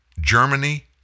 Germany